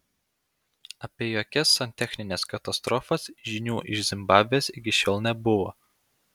apie jokias santechnines katastrofas žinių iš zimbabvės iki šiol nebuvo